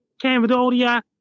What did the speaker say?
Cambodia